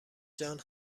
جان